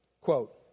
Quote